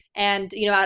and you know,